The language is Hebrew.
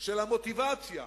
של המוטיבציה,